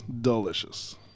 Delicious